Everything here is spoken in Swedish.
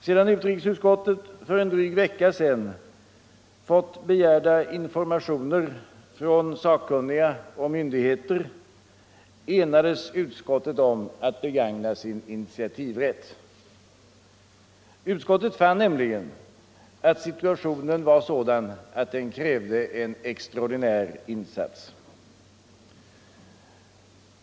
Sedan utrikesutskottet för en dryg vecka sedan fått begärda informationer från sakkunniga och myndigheter enades utskottet om att begagna sin initiativrätt. Utskottet fann nämligen att situationen var sådan att den krävde en extraordinär insats.